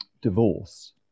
divorce